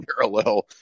parallel